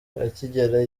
akigera